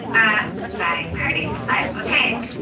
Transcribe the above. ah, buying party supplies with hank.